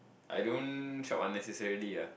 I don't shop unnecessarily ah